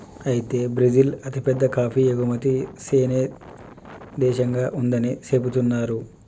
అయితే బ్రిజిల్ అతిపెద్ద కాఫీ ఎగుమతి సేనే దేశంగా ఉందని సెబుతున్నారు